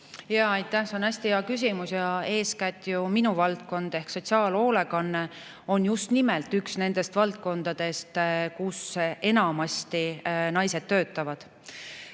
Aitäh! See on hästi hea küsimus. Eeskätt minu valdkond ehk sotsiaalhoolekanne on just nimelt üks valdkondadest, kus enamasti töötavad